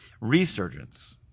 Resurgence